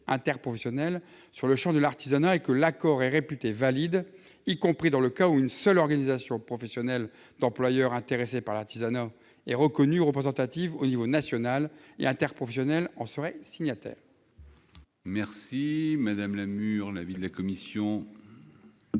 interprofessionnelle sur le champ de l'artisanat, et que l'accord est réputé valide y compris dans le cas où une seule organisation professionnelle d'employeurs intéressée par l'artisanat et reconnue représentative au niveau national et interprofessionnel en serait signataire. Quel est l'avis de la commission